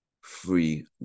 free